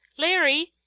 larry!